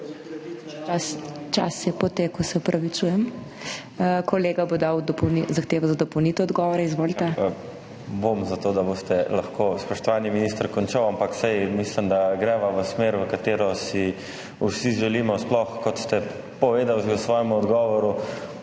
čas je potekel, se opravičujem. Kolega bo dal zahtevo za dopolnitev odgovora. Izvolite.